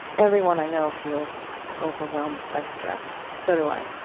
everyone i know feels overwhelmed by stress. so do i